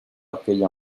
aquella